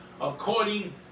according